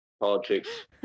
politics